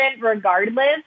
regardless